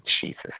Jesus